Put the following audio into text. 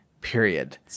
period